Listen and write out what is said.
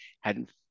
hadn't-